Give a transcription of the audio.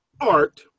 Art